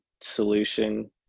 solution